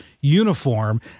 uniform